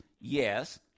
Yes